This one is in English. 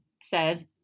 says